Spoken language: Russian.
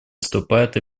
выступает